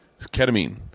ketamine